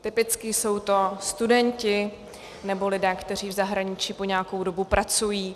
Typicky jsou to studenti nebo lidé, kteří v zahraničí po nějakou dobu pracují.